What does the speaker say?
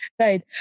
Right